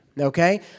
Okay